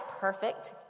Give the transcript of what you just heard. perfect